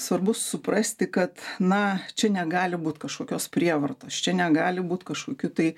svarbu suprasti kad na čia negali būt kažkokios prievartos čia negali būt kažkokių tai